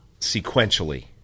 sequentially